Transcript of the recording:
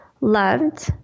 loved